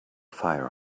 fire